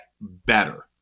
better